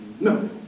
No